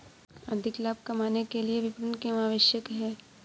अधिक लाभ कमाने के लिए विपणन क्यो आवश्यक है?